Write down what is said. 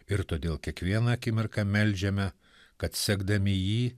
ir todėl kiekvieną akimirką meldžiame kad sekdami jį